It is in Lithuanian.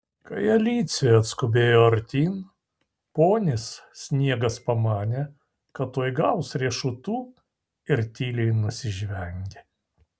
kai alicija atskubėjo artyn ponis sniegas pamanė kad tuoj gaus riešutų ir tyliai nusižvengė